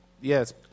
Yes